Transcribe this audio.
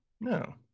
No